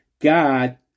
God